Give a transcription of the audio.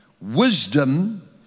wisdom